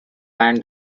land